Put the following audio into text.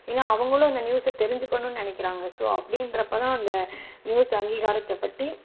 ஏன்னா அவங்களும் அந்த நியூஸை தெரிஞ்சக்கணும் நினைக்கிறாங்க ஸோ அப்படின்றப்ப தான் அந்த நியூஸ் அங்கீகாரத்தைப்பற்றி